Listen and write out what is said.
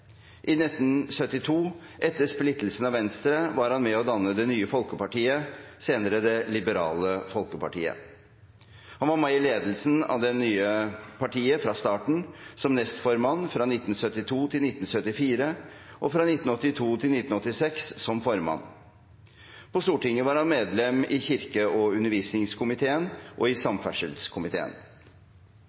I 1972, etter splittelsen av Venstre, var han med og dannet Det Nye Folkepartiet, senere Det Liberale Folkepartiet. Han var med i ledelsen av det nye partiet fra starten, som nestformann fra 1972 til 1974, og fra 1982 til 1986 som formann. På Stortinget var han medlem i kirke- og undervisningskomiteen og i samferdselskomiteen.